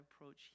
approach